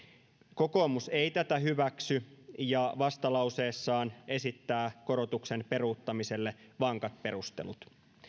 kokoomus ei tätä hyväksy ja vastalauseessaan esittää korotuksen peruuttamiselle vankat perustelut